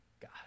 God